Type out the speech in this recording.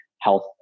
health